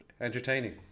entertaining